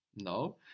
No